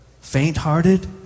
faint-hearted